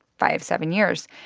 five, seven years?